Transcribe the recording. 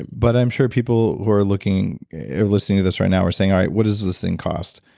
but i'm sure people who are looking or listening to this right now are saying, all right, what does this thing cost?